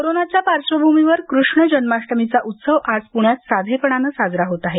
कोरोनाच्या पार्श्वभूमीवर कृष्ण जन्माष्टमीचा उत्सव आज पूण्यात साधेपणाने साजरा होत आहे